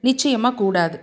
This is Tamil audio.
நிச்சியமாக கூடாது